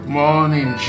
morning